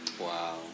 Wow